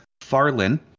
Farlin